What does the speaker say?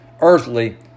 earthly